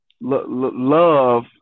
Love